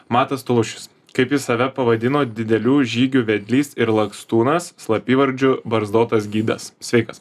matas toliušis kaip jis save pavadino didelių žygių vedlys ir lakstūnas slapyvardžiu barzdotas gidas sveikas